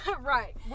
Right